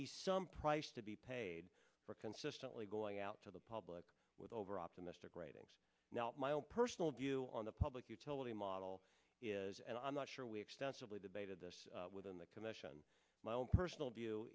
be some price to be paid for consistently going out to the public with overoptimistic writings now my personal view on the public utility model is and i'm not sure we extensively debated this within the commission my own personal view